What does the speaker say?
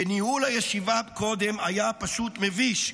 שניהול הישיבה קודם היה פשוט מביש.